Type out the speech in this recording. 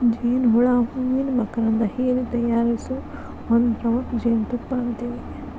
ಜೇನ ಹುಳಾ ಹೂವಿನ ಮಕರಂದಾ ಹೇರಿ ತಯಾರಿಸು ಒಂದ ದ್ರವಕ್ಕ ಜೇನುತುಪ್ಪಾ ಅಂತೆವಿ